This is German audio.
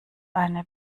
eine